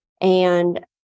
and-